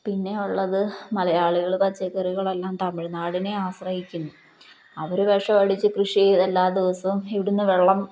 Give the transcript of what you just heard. പിന്നെ ഉള്ളതു മലയാളികള് പച്ചക്കറികളെല്ലാം തമിഴ്നാടിനെ ആശ്രയിക്കുന്നു അവര് വിഷമടിച്ചു കൃഷി എല്ലാ ദിവസവും ഇവിടുന്നു വെള്ളം